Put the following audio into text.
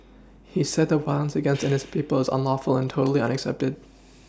he said that violence against innocent people is unlawful and totally unacceptable